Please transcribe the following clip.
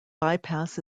bypass